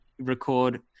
record